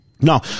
No